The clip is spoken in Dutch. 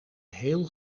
heel